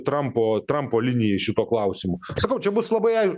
trampo trampo linijai šituo klausimu aš sakau čia bus labai ai